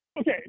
Okay